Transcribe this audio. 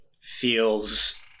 feels